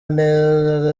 neza